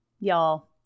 Y'all